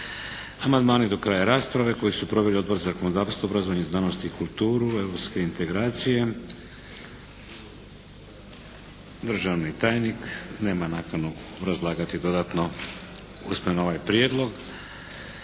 Amandmani do kraja rasprave koju su proveli Odbor za zakonodavstvo, obrazovanje, znanost i kulturu, europske integracije. Državni tajnik nema nakanu obrazlagati dodatno usmeno ovaj prijedlog.